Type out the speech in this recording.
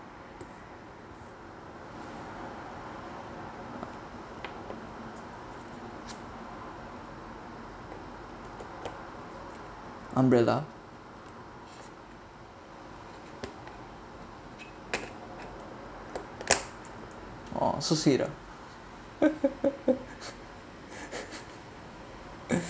umbrella oh ah